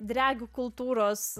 dregų kultūros